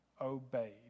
obeyed